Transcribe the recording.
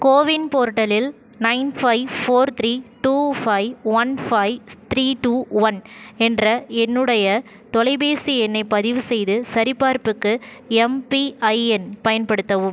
CoWIN போர்ட்டலில் nine five four three two five one five three two one என்ற என்னுடைய தொலைபேசி எண்ணைப் பதிவு செய்து சரிபார்ப்புக்கு எம்பிஐஎன் பயன்படுத்தவும்